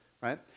right